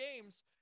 games